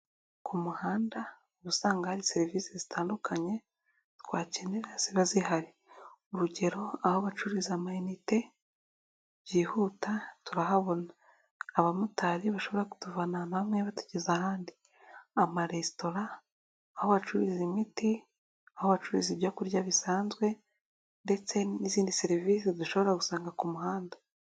Ku muhanda uba usanga hari serivisi zitandukanye twakenera ziba zihari, urugero aho bacururiza amayinite byihuta turahabona, abamotari bashobora kutuvana hamwe batugeza ahandi, amaresitora aho bacururiza imiti, aho bacuruza ibyo kurya bisanzwe ndetse n'izindi serivisi dushobora gusanga ku muhanda.